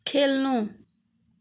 खेल्नु